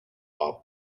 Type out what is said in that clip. are